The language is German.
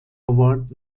award